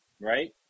right